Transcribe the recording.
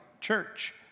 church